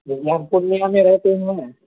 ہم پورنیہ میں رہتے ہیں